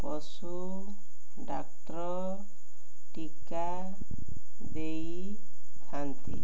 ପଶୁ ଡାକ୍ତର ଟିକା ଦେଇଥାନ୍ତି